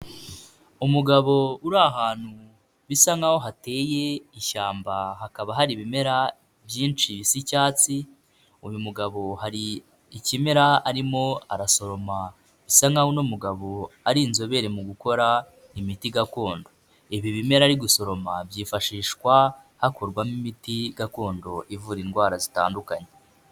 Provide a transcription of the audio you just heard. Umugabo uri ahantu bisa nk'aho hateye ishyamba, hakaba hari ibimera byinshi bisa icyatsi, uyu mugabo hari ikimera arimo arasoroma bisa nk'aho uno mugabo ari inzobere mu gukora imiti gakondo, ibi bimera ari gusoroma byifashishwa hakorwamo imiti gakondo ivura indwara zitandukanye.